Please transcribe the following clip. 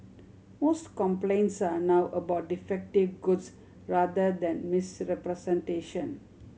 most complaints are now about defective goods rather than misrepresentation